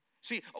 See